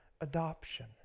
adoption